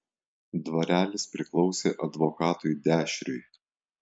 dvarelis priklausė advokatui dešriui